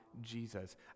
Jesus